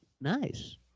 nice